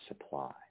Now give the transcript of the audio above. supply